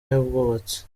y’ubwubatsi